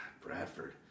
Bradford